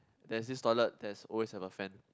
there's this toilet there's always have a fan